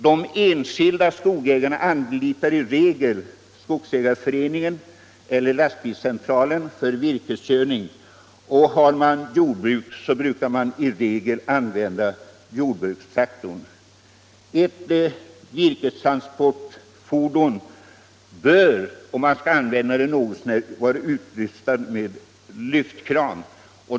De enskilda skogsägarna anlitar i regel Skogsägareföreningen eller Lastbilscentralen för virkeskörning. Och har man jordbruk brukar man i regel använda jordbrukstraktorn. Ett virkestransportfordon bör, om man skall ha någon användning för det, vara utrustat med lyftkran.